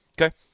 Okay